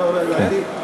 לא ידעתי.